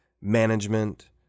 management